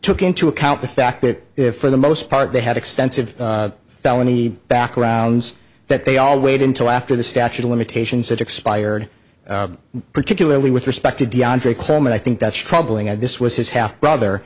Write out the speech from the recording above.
took into account the fact that if for the most part they had extensive felony backgrounds that they all wait until after the statute of limitations had expired particularly with respect to deonte claim and i think that's troubling and this was his half brother